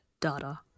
data